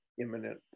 imminent